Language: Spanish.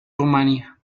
rumania